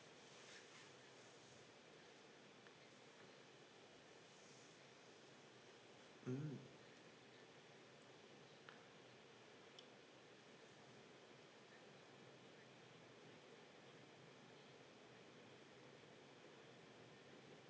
mm